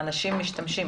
אנשים משתמשים.